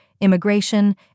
immigration